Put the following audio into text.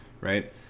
right